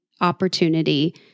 opportunity